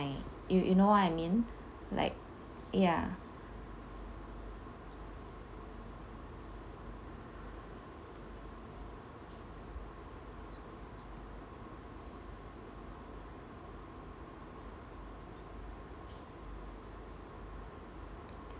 you you know what I mean like ya